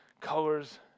colors